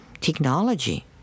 technology